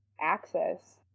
access